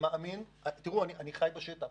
תראו, אני חי בשטח